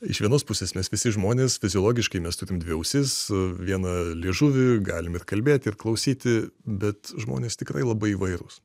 iš vienos pusės mes visi žmonės fiziologiškai mes turime dvi ausis vieną liežuvį galime ir kalbėti ir klausyti bet žmonės tikrai labai įvairūs